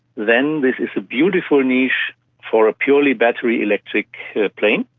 then this is a beautiful niche for a purely battery electric plane.